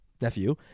nephew